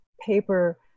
paper